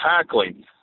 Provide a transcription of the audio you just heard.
tackling